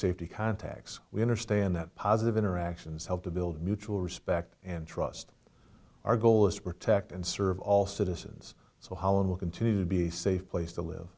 safety contacts we understand that positive interactions help to build mutual respect and trust our goal is to protect and serve all citizens so holland will continue to be safe place to live